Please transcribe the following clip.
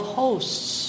hosts